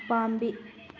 ꯎꯄꯥꯝꯕꯤ